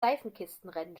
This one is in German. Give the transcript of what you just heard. seifenkistenrennen